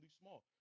small